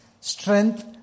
Strength